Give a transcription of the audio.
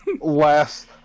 last